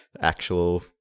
actual